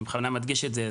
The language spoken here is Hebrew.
אני בכוונה מדגיש את זה.